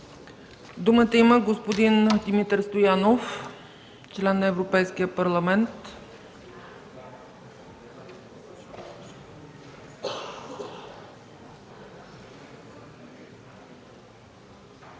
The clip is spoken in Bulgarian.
Думата има господин Димитър Стоянов – член на Европейския парламент.